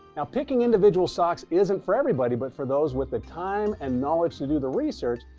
now, picking individual stocks isn't for everybody, but for those with the time and knowledge to do the research,